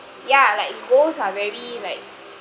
ya like goals are very like